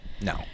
No